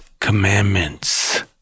commandments